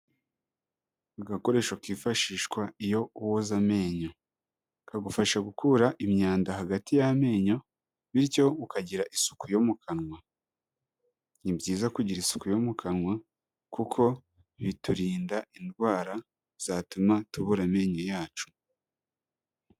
Agakoresho kifashishwa iyo woza amenyo. Kagufasha gukura imyanda hagati y'amenyo bityo ukagira isuku yo mu kanwa. Ni byiza kugira isuku yo mu kanwa kuko biturinda indwara zatuma tubura amenyo yacu.